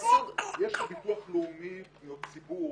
יש לביטוח הלאומי פניות ציבור,